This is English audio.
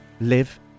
live